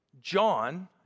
John